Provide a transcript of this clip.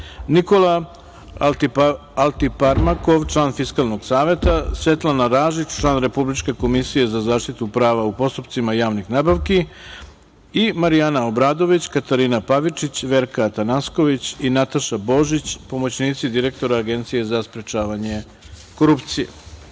Nikola Altiparmakov, član Fiskalnog saveta; Svetlana Ražić, član Republičke komisije za zaštitu prava u postupcima javnih nabavki i Marijana Obradović, Katarina Pavičić, Verka Atanasković i Nataša Božić, pomoćnici direktora Agencije za sprečavanje korupcije. Saglasno